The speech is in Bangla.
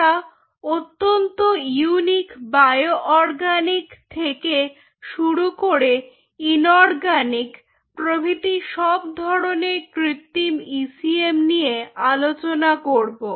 আমরা অত্যন্ত ইউনিক বায়োঅর্গানিক থেকে শুরু করে ইনোরগানিক প্রভৃতি সব ধরনের কৃত্রিম ইসিএম নিয়ে আলোচনা করব